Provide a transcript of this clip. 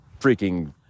freaking